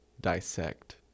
dissect